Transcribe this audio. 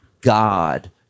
God